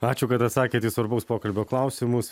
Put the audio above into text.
ačiū kad atsakėt į svarbaus pokalbio klausimus